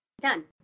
done